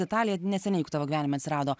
italija neseniai juk tavo gyvenime atsirado